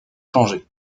changé